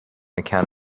account